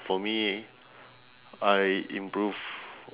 for me I improve